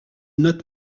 note